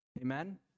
amen